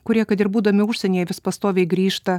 kurie kad ir būdami užsienyje vis pastoviai grįžta